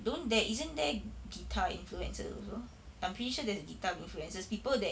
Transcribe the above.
don't there isn't there guitar influencers also I'm pretty sure there's guitar influencers people that